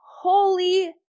holy